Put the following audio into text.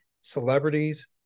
celebrities